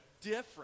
different